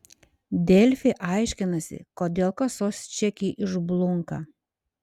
delfi aiškinasi kodėl kasos čekiai išblunka